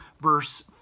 verse